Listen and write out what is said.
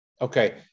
Okay